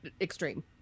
extreme